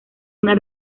una